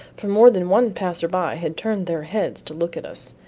for more than one passer-by had turned their heads to look at us.